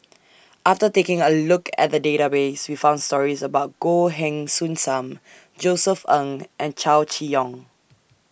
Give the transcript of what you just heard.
after taking A Look At The Database We found stories about Goh Heng Soon SAM Josef Ng and Chow Chee Yong